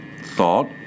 thought